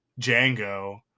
Django